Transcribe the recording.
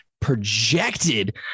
projected